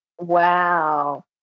Wow